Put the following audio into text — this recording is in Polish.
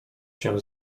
się